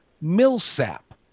Millsap